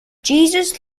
jesus